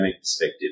perspective